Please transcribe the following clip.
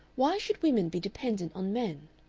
why should women be dependent on men?